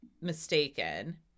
mistaken